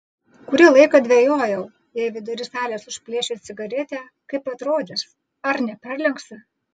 kurį laiką dvejojau jei vidury salės užplėšiu cigaretę kaip atrodys ar neperlenksiu